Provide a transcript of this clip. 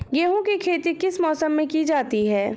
गेहूँ की खेती किस मौसम में की जाती है?